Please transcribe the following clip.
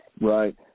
Right